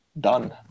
Done